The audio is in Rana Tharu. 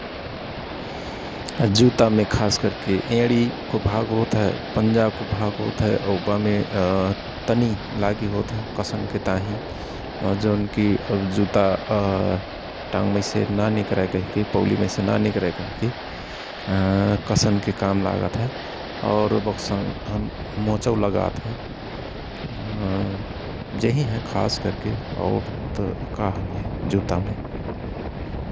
जुतामे खास करके एणीको भाग होत हय । पन्जाको भाग होत हय । औ बामे तनि लागि होत हय, कसन के ताहिँ जौनकि जुता टाङ् मैसे ना निकरय कहिके पौलीमैसे ना निकरय कहिके, कसनके काम लागत हय और बक सँग हम मोचउ लगात हयं । जे हिँ हयं खास करके और त का हुईहयं जुतामे ।